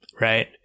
right